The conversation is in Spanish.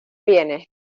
vienes